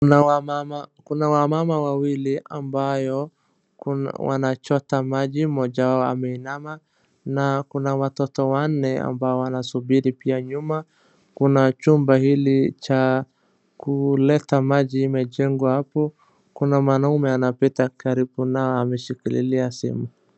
Kuna wamama wawili ambayo wanachota maji mmoja wao ameinama na kuna watoto wanne ambao wanasubiria pia nyuma kuna chumba hili cha kuleta maji imejengwa hapo. Kuna mwaume anapita karibu nao ameshikililia simu.